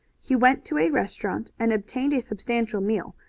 he went to a restaurant and obtained a substantial meal,